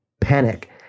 panic